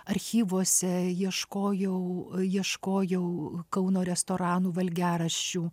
archyvuose ieškojau ieškojau kauno restoranų valgiaraščių